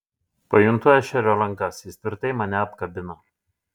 pajuntu ešerio rankas jis tvirtai mane apkabina